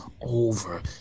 over